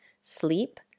sleep